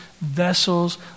vessels